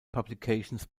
publications